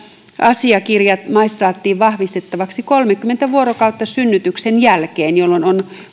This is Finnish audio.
asiakirjat maistraattiin vahvistettavaksi kolmekymmentä vuorokautta synnytyksen jälkeen jolloin on